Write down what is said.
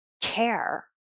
care